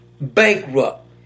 bankrupt